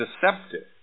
deceptive